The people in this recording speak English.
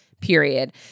period